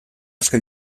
asko